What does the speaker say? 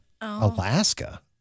Alaska